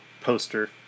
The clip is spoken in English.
poster